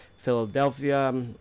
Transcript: philadelphia